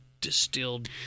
distilled